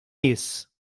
nies